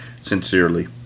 sincerely